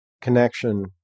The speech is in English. connection